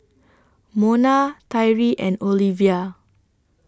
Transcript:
Mona Tyree and Oliva